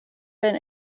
been